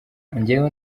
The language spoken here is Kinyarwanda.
njyewe